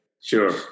Sure